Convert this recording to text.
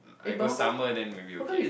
I go summer then maybe okay